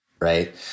right